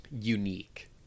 unique